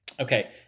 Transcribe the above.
Okay